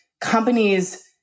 companies